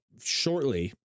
shortly